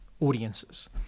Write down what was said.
audiences